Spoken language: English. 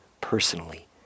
personally